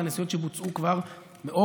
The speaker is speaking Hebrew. זה הנסיעות שבוצעו כבר מאוגוסט.